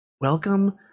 welcome